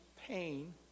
pain